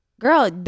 Girl